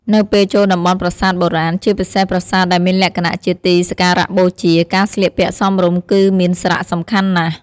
នៅពេលចូលតំបន់ប្រាសាទបុរាណ ជាពិសេសប្រាសាទដែលមានលក្ខណៈជាទីសក្ការៈបូជា ការស្លៀកពាក់សមរម្យគឺមានសារៈសំខាន់ណាស់។